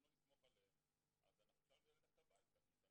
אם לא נסמוך עליהם אז אפשר ללכת הביתה.